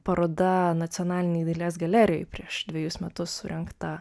paroda nacionalinėj dailės galerijoje prieš dvejus metus surengta